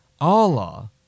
Allah